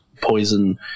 poison